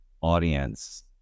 audience